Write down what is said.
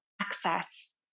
access